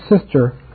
sister